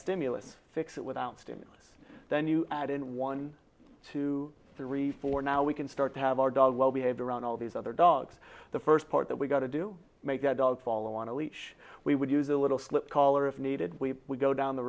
stimulus fix it without stimulus then you add in one two three four now we can start to have our dog well behaved around all these other dogs the first part that we got to do make the dog follow on a leash we would use a little slip color if needed we would go down the